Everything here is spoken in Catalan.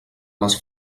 les